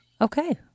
okay